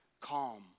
calm